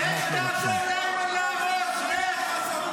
--- לך תעזור לאיימן לעבור, לך.